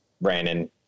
Brandon